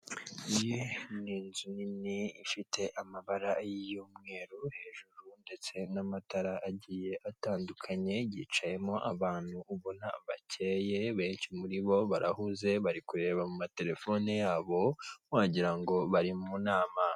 Iyi ni inzu nini ifite amabara y'umweru hejuru hateretse n'amatara agiye atandukanye yicayemo abantu ubona bakeye, benshi muribo barahuze bari kureba mu ma telephone yabo wagirango bari mu nama.